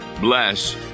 bless